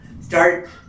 start